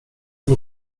tym